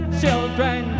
children